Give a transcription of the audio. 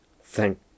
Thank